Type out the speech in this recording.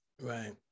Right